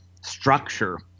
structure